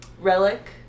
relic